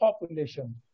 population